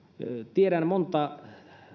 tiedän monta